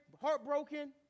heartbroken